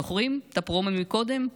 זוכרים את הפרומו מקודם?